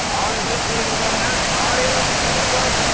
ஆளுங்களுக்கெல்லாம் கூலி கொடுக்கோணுங்க காலையில் ஒரு பத்து மணிக்கு வரேங்க